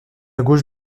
gauche